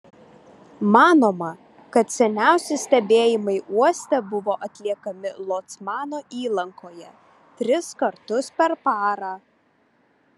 manoma kad seniausi stebėjimai uoste buvo atliekami locmano įlankoje tris kartus per parą